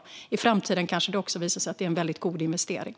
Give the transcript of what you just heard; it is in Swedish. Men i framtiden kanske även den visar sig vara en god investering.